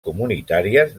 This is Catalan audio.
comunitàries